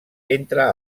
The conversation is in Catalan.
entre